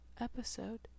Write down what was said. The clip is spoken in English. episode